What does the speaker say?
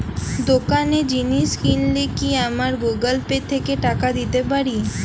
দোকানে জিনিস কিনলে কি আমার গুগল পে থেকে টাকা দিতে পারি?